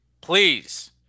Please